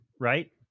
right